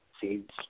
Seeds